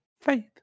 faith